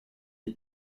des